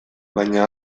baina